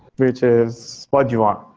which is what you want.